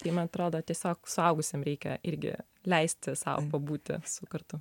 tai man atrodo tiesiog suaugusiam reikia irgi leisti sau pabūti kartu